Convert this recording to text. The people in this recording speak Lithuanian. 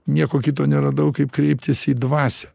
nieko kito neradau kaip kreiptis į dvasią